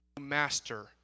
master